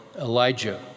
Elijah